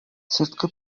сырткы